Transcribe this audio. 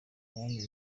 yandi